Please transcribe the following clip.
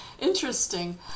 Interesting